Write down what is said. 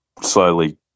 slowly